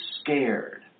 scared